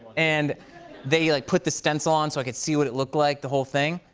and they, like, put the stencil on so i could see what it looked like, the whole thing.